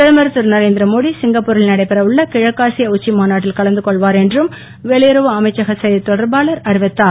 பிரதமர் திருநரேந்திர மோடி சிங்கப்பு ரில் நடைபெற உள்ள கிழக்காசிய உச்சி மாநாட்டில் கலந்துகொள்வார் என்றும் வெளியுறவு அமைச்சக செய்தித்தொடர்பாளர் அறிவித்தார்